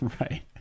Right